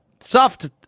soft